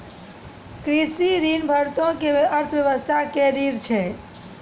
कृषि ऋण भारतो के अर्थव्यवस्था के रीढ़ छै